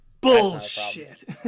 Bullshit